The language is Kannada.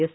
ಎಸ್